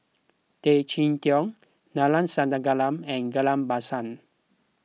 Tay Chee Toh Neila Sathyalingam and Ghillie Basan